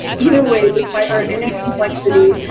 either way, despite our innate complexity,